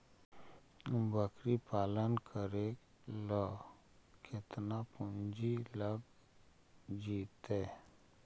बकरी पालन करे ल केतना पुंजी लग जितै?